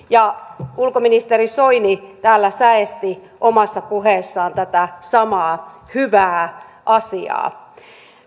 ja ulkoministeri soini täällä säesti omassa puheessaan tätä samaa hyvää asiaa